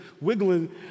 wiggling